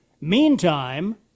Meantime